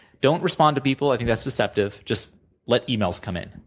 don't respond to people. i think that's deceptive. just let emails come in.